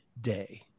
day